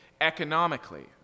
economically